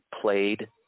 played